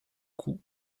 cou